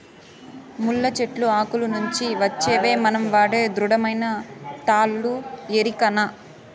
ముళ్ళ చెట్లు ఆకుల నుంచి వచ్చేవే మనం వాడే దృఢమైన తాళ్ళు ఎరికనా